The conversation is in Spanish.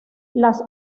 las